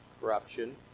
Corruption